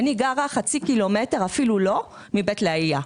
אני גרה חצי קילומטר, אפילו לא, מבית לאהיא.